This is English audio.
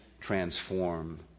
transform